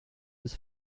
was